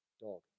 dog